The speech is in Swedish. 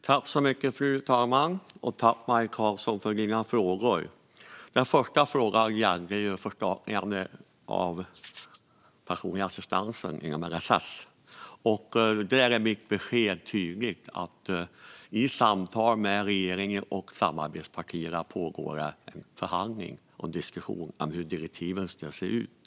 Fru talman! Tack, Maj Karlsson, för dina frågor! Den första frågan gällde ett förstatligande av den personliga assistansen inom LSS. Där är mitt besked tydligt. Mellan regeringen och samarbetspartierna pågår en förhandling och diskussion om hur direktiven ska se ut.